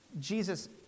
Jesus